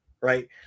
Right